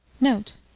Note